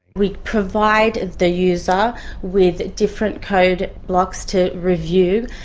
we provide the user with different code blocks to review.